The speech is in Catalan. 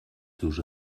seus